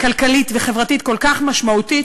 כלכלית וחברתית כל כך משמעותית.